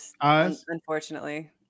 Unfortunately